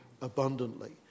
abundantly